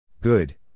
Good